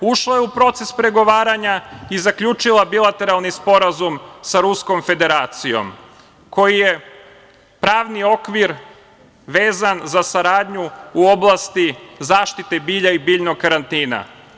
Ušla je u proces pregovaranja i zaključila bilateralni sporazum sa Ruskom Federacijom koji je pravni okvir vezan za saradnju u oblasti zaštite bilja i biljnog karantina.